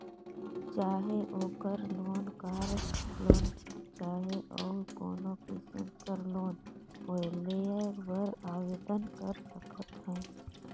चाहे ओघर loan, car loan चहे अउ कोनो किसिम कर लोन होए लेय बर आबेदन कर सकत ह